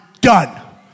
done